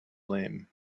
lame